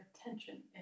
attention